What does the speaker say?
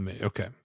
Okay